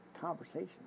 conversation